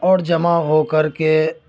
اور جمع ہوکر کے